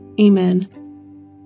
Amen